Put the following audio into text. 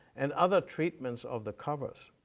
and other treatments of the covers?